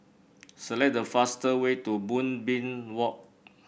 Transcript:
select the faster way to Moonbeam Walk